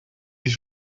die